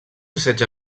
setge